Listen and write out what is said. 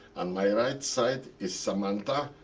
on my right side is samantha,